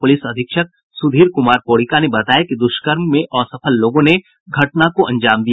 police अधीक्षक सुधीर कुमार पोरिका ने बताया कि दुष्कर्म में असफल लोगों ने घटना को अंजाम दिया